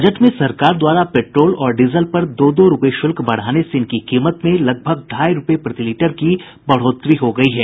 budget में सरकार द्वारा पेट्रोल और डीजल पर दो दो रुपये शुल्क बढ़ाने से इनकी कीमत में लगभग ढाई रुपये प्रति लीटर की बढ़ोतरी हो गयी है